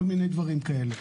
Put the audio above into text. כל מיני דברים כאלה.